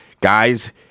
Guys